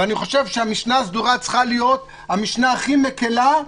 אני חושב שהמשנה הסדורה צריכה להיות המשנה הכי מקילה,